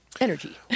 Energy